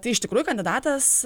tai iš tikrųjų kandidatas